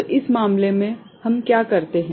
तो इस मामले में हम क्या करते हैं